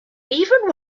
even